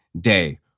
day